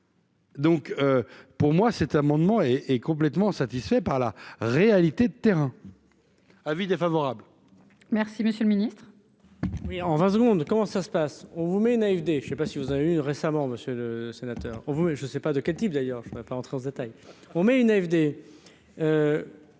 Donc pour moi, cet amendement est est complètement satisfait par la réalité de terrain : avis défavorable. Merci, monsieur le Ministre. Oui, en 20 secondes, comment ça se passe, on vous met n'AUD je ne sais pas si vous avez vu récemment, monsieur le sénateur vous et je ne sais pas de quel type d'ailleurs, je ne veux pas en détail, on met une AFD